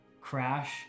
Crash